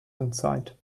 inside